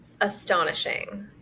astonishing